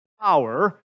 power